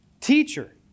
Teacher